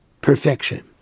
perfection